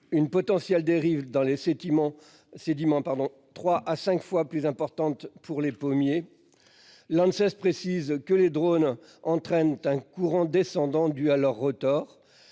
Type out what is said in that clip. une potentielle dérive, dans les sédiments, 3 à 5 fois plus importante pour les pommiers. L'Anses précise que les drones entraînent un courant descendant dû à leur rotor,